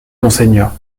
monseigneur